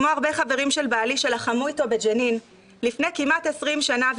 כמו הרבה חברים של בעלי שלחמו איתו בג'נין לפני כמעט 20 שנה,